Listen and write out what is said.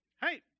hey